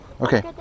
Okay